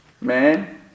Man